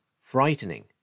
frightening